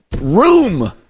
room